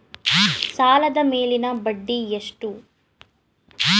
ಸಾಲದ ಮೇಲಿನ ಬಡ್ಡಿ ಎಷ್ಟು?